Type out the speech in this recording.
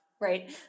right